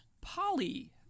Polly